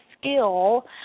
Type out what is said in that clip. skill